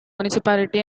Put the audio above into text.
municipality